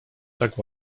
tak